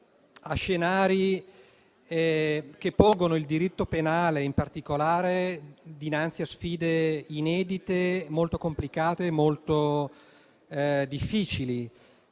a scenari che pongono il diritto penale, in particolare, dinanzi a sfide inedite, molto complicate e molto difficili.